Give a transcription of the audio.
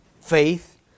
faith